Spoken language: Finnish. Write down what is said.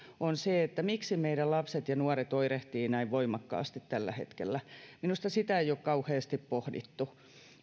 on se miksi meidän lapset ja nuoret oirehtivat näin voimakkaasti tällä hetkellä minusta sitä ei ole kauheasti pohdittu